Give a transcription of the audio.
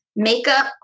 makeup